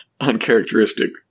uncharacteristic